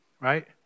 right